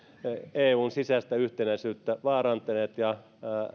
eun sisäistä yhtenäisyyttä vaarantaneet ja